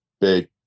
big